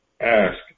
ask